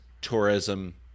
tourism